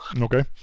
okay